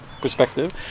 perspective